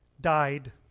died